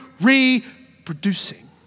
reproducing